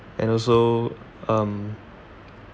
and also um